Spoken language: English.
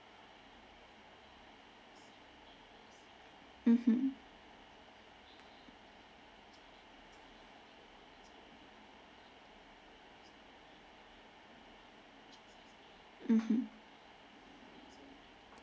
mmhmm mmhmm